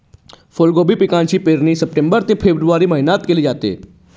फुलकोबी पिकाची पेरणी सप्टेंबर ते फेब्रुवारी महिन्यात केली जाते